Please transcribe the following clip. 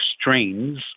strains